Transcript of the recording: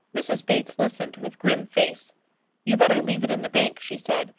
mrs. bates listened with grim face you better leave it in the bank, she said,